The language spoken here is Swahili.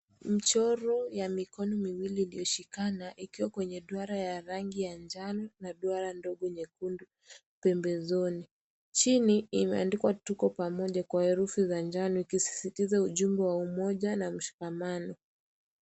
Mchoro ya mikono miwili iliyoshikana ikiwa kwenye duara ya rangi ya njano na duara ndogo nyekundu pembezoni. Chini imeandikwa tuko pamoja kwa herufu za njano ikisisitiza ujumbe wa umoja na kushikamana.